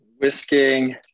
Whisking